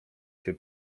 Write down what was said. się